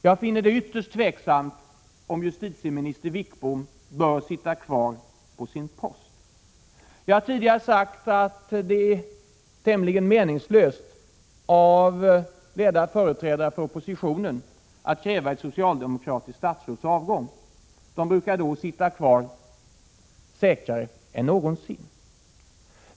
Jag finner det ytterst tveksamt om justitieminister Sten Wickbom bör sitta kvar på sin post. Jag har tidigare sagt att det är tämligen meningslöst att företrädare för oppositionen kräver socialdemokratiska statsråds avgång. De brukar då sitta kvar säkrare än någonsin.